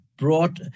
brought